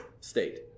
state